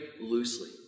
loosely